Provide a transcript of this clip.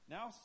Now